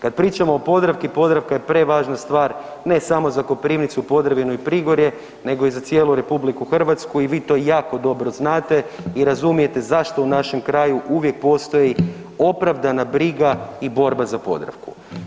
Kad pričamo o Podravki, Podravka je prevažna stvar, ne samo za Koprivnicu, Podravinu i Prigorje, nego i za cijelu RH i vi to jako dobro znate i razumijete zašto u našem kraju uvijek postoji opravdana briga i borba za Podravku.